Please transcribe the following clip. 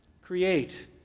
Create